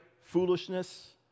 foolishness